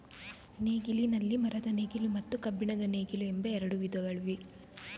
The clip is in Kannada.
ನೇಗಿಲಿನಲ್ಲಿ ಮರದ ನೇಗಿಲು ಮತ್ತು ಕಬ್ಬಿಣದ ನೇಗಿಲು ಎಂಬ ಎರಡು ವಿಧಗಳಿವೆ